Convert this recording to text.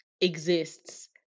exists